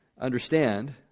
understand